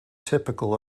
typical